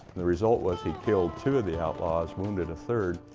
the result was he killed two of the outlaws, wounded a third,